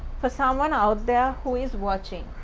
for someone out there who is watching.